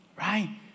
right